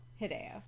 Hideo